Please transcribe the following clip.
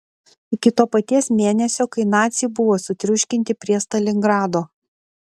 iki to paties mėnesio kai naciai buvo sutriuškinti prie stalingrado